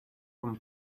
from